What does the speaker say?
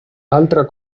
altra